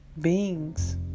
beings